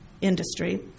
industry